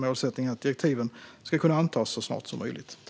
Målsättningen är att direktiven ska kunna antas så snart som möjligt.